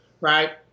right